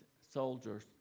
soldiers